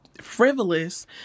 frivolous